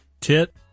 Tit